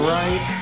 right